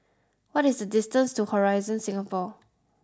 what is the distance to Horizon Singapore